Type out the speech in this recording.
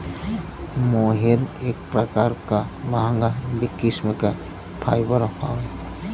मोहेर एक प्रकार क महंगा किस्म क फाइबर हौ